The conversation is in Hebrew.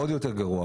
עוד יותר גרוע.